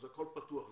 אז הכול פתוח לגביהם.